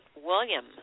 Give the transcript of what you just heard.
William